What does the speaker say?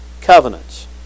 covenants